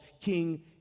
King